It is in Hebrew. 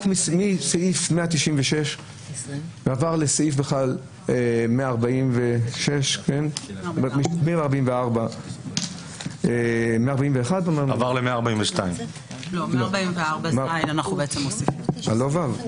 סעיף 196 עבר לסעיף 144. אנחנו מוסיפים 144ז,